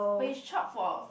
but is Chope for